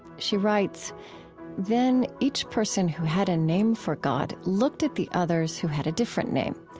she writes then, each person who had a name for god looked at the others who had a different name.